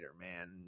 Man